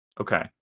Okay